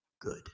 Good